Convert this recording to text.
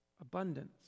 Abundance